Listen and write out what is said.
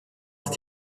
ist